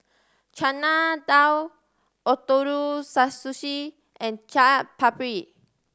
Chana Dal Ootoro Sushi and Chaat Papri